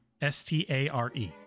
S-T-A-R-E